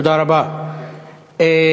תודה רבה, גברתי.